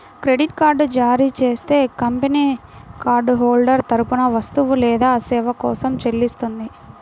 credit card జారీ చేసే company card holder తరపున వస్తువు లేదా సేవ కోసం చెల్లిస్తుంది